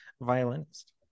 violinist